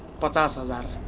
but so that